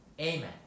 Amen